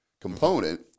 component